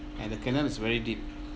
and the canal is very deep